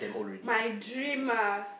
my dream ah